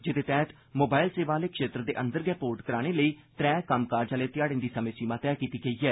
जेदे तैहत मोबाईल सेवां आले क्षेत्र दे अन्दर गै पोर्ट कराने लेई त्रै कम्म काज आले ध्याड़े दी समें सीमा तैह कीती ऐ